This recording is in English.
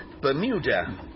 Bermuda